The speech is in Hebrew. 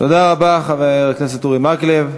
תודה רבה לחבר הכנסת אורי מקלב.